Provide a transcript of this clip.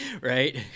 Right